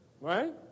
right